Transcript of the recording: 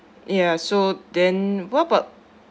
ya so then what about